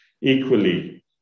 Equally